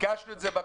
ביקשנו את זה בחוק.